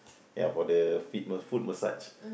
ya for the feet ma~ foot massage